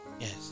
Yes